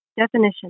Definition